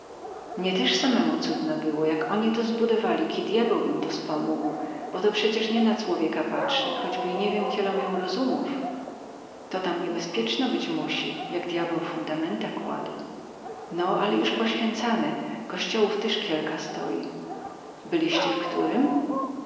mnie tyz samemu cudno było jak oni to zbudowali ki djabeł im dospomógł bo to przecie nie na cłowieka patrzy choćby i nie wiem kielo miał rozumów to tam niebezpiecno być musi jak diabeł fundamenta kładł no ale juz poświęcane kościołów tyz kiełka stoi byliście w którym